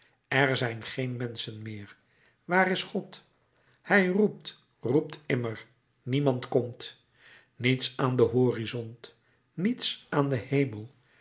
er zijn geen menschen meer waar is god hij roept roept immer niemand komt niets aan den horizont niets aan den hemel